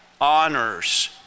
honors